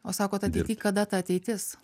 o sakot ateity kada ta ateitis